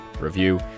review